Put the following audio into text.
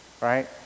right